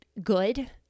good